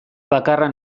bakarra